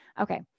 Okay